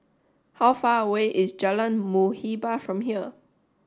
how far away is Jalan Muhibbah from here